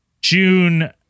June